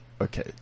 Okay